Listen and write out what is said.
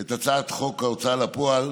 את הצעת חוק ההוצאה לפועל